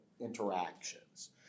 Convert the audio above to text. interactions